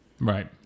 right